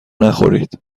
نخورید